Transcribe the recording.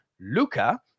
Luca